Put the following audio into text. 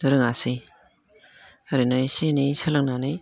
रोङासै ओरैनो एसे एनै सोलोंनानै